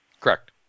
Correct